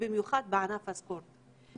ובמיוחד בענף הספורט.